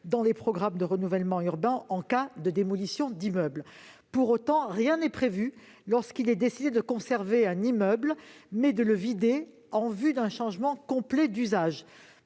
dans les programmes de renouvellement urbain en cas de démolition d'immeuble, rien n'est prévu lorsque l'on décide de conserver un immeuble, mais de l'évacuer en vue d'un changement complet d'usage